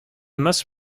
must